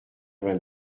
vingt